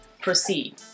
proceed